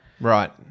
right